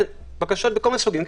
בקשות מכל מיני סוגים.